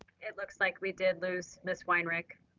it looks like we did lose ms. weinrich.